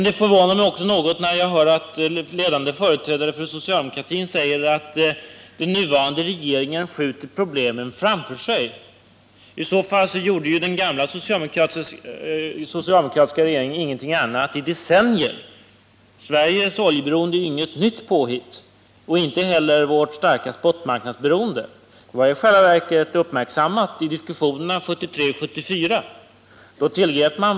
Det förvånar mig också att höra ledande företrädare för socialdemokratin säga att den nuvarande regeringen skjuter problemen framför sig. I så fall gjorde ju den gamla socialdemokratiska regeringen ingenting annat i decennier. Sveriges oljeberoende är inget nytt påhitt och inte heller vårt starka spotmarknadsberoende. Det uppmärksammades i själva verket i diskussionerna 1973 och 1974.